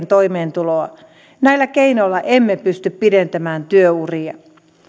toimeentuloa näillä keinoilla emme pysty pidentämään työuria